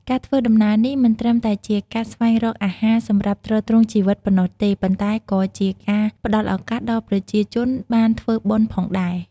ការធ្វើដំណើរនេះ មិនត្រឹមតែជាការស្វែងរកអាហារសម្រាប់ទ្រទ្រង់ជីវិតប៉ុណ្ណោះទេ ប៉ុន្តែក៏ជាការផ្តល់ឱកាសដល់ប្រជាជនបានធ្វើបុណ្យផងដែរ។